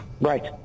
Right